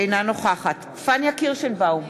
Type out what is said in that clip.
אינה נוכחת פניה קירשנבאום,